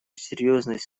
серьезность